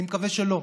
אני מקווה שלא.